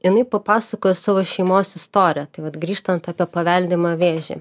jinai papasakojo savo šeimos istoriją tai vat grįžtant apie paveldimą vėžį